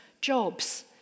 jobs